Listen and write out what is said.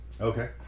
okay